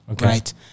right